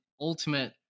ultimate